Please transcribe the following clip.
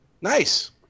Nice